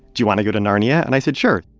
do you want to go to narnia? and i said, sure.